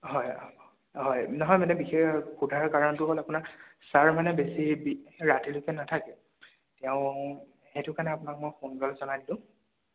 হয় হয় নহয় মানে বিশেষ সোধাৰ কাৰণটো হ'ল আপোনাৰ ছাৰ মানে বেছি বি ৰাতিলৈকে নাথাকে তেওঁ সেইটো কাৰণে আপোনাক মই ফোন কৰি জনাই দিলোঁ